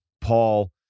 Paul